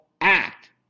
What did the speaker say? act